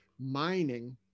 Mining